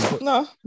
No